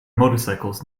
motorcycles